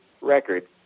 record